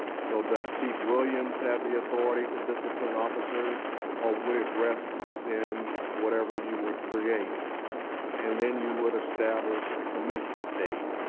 so does chief williams have the authority to discipline officers or does it rest within whatever you would create and then you would establish a commencement date.